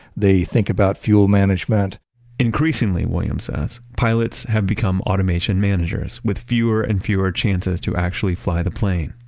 they think about fuel management increasingly williams says, pilots have become automation managers with fewer and fewer chances to actually fly the plane.